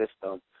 system